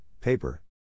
paper